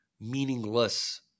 meaningless